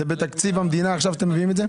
זה בתקציב המדינה, עכשיו אתם מביאים את זה?